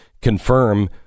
confirm